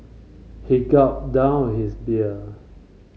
he gulped down his beer